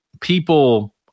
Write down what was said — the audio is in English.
people